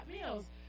meals